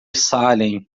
salem